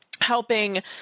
helping